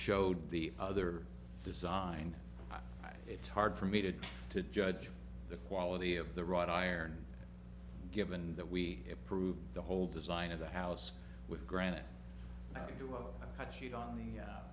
showed the other design it's hard for me to to judge the quality of the wrought iron given that we approved the whole design of the house with granite i do what i chewed on